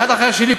האחד אחרי השני,